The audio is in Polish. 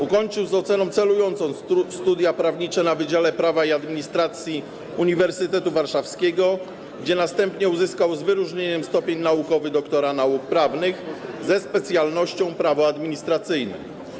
Ukończył z oceną celującą studia prawnicze na Wydziale Prawa i Administracji Uniwersytetu Warszawskiego, gdzie następnie uzyskał z wyróżnieniem stopień naukowy doktora nauk prawnych ze specjalnością: prawo administracyjne.